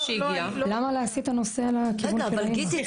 אבל גיטי,